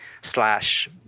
slash